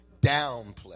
downplay